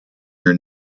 your